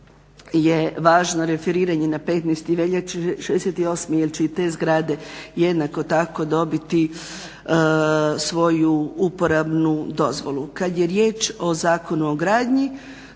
je važno referiranje na 15. veljače '68. jer će i te zgrade jednako tako dobiti svoju uporabnu dozvolu. Kad je riječ o Zakonu o gradnji